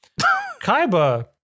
Kaiba